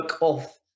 off